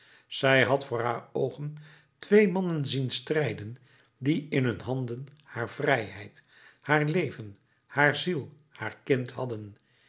zij had voor haar oogen twee mannen zien strijden die in hun handen haar vrijheid haar leven haar ziel haar kind hadden